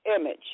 image